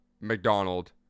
McDonald